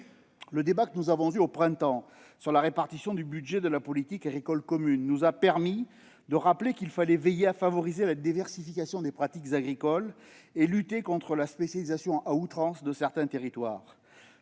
Le débat que nous avons eu au printemps dernier sur la répartition du budget de la politique agricole commune nous a permis de rappeler qu'il fallait veiller à favoriser la diversification des pratiques agricoles et lutter contre la spécialisation à outrance de certains territoires.